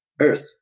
Earth